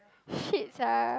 shit sia